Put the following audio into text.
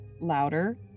louder